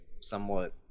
somewhat